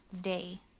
Day